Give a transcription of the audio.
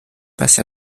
passe